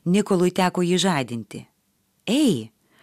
nikolui teko jį žadinti ei